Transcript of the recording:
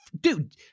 Dude